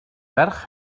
ferch